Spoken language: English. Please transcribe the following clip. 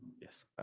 Yes